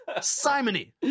simony